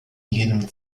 jener